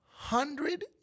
hundred